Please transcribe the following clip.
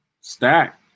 Stack